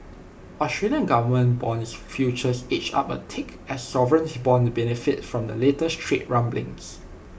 Australian government Bond futures edged up A tick as sovereign bonds benefited from the latest trade rumblings